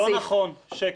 לא נכון, שקר.